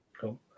cool